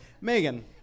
Megan